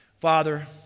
Father